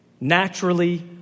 Naturally